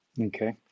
Okay